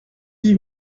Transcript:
huit